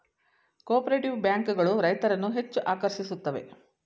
cooperative bank ಗಳು ರೈತರನ್ನು ಹೆಚ್ಚು ಆಕರ್ಷಿಸುತ್ತವೆ